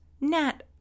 Nat